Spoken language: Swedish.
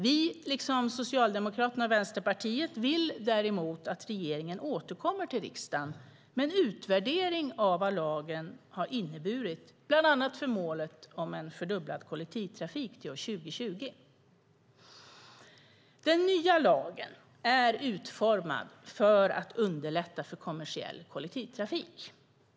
Vi, liksom Socialdemokraterna och Vänsterpartiet, vill däremot att regeringen återkommer till riksdagen med en utvärdering av vad lagen har inneburit, bland annat för målet om en fördubblad kollektivtrafik till år 2020. Den nya lagen är utformad för att underlätta för kommersiell kollektivtrafik.